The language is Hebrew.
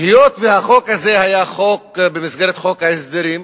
היות שהחוק הזה היה במסגרת חוק ההסדרים,